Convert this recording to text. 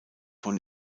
von